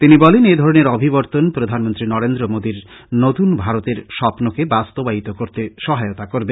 তিনি বলেন এধরনের অভিবর্তন প্রধানমন্ত্রী নরেন্দ্র মোদীর নতুন ভারতের স্বপনকে বাস্তবায়িত করতে সহায়তা করবে